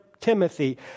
Timothy